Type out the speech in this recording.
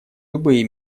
любые